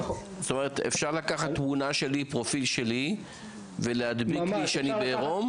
אפשר לקחת תמונה שלי ולהדביק לי גוף ערום?